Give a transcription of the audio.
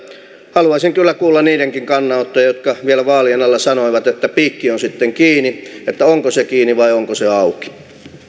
haluaisin kyllä kuulla niidenkin kannanottoja jotka vielä vaalien alla sanoivat että piikki on sitten kiinni että onko se kiinni vai onko se auki